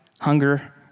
hunger